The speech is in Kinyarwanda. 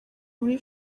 muri